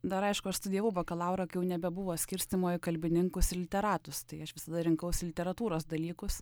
dar aišku aš studijavau bakalaurą kai jau nebebuvo skirstymo į kalbininkus ir literatus tai aš visada rinkausi literatūros dalykus